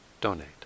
donate